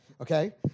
okay